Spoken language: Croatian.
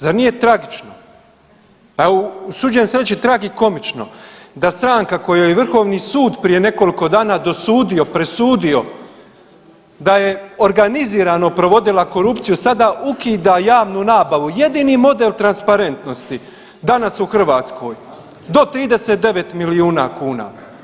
Zar nije tragično, a usuđujem se reći tragikomično da stranka kojoj je Vrhovni sud prije nekoliko dana dosudio, presudio da je organizirano provodila korupciju, sada ukida javnu nabavu, jedini model transparentnosti danas u Hrvatskoj do 39 milijuna kuna.